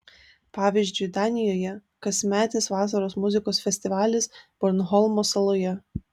pavyzdžiui danijoje kasmetis vasaros muzikos festivalis bornholmo saloje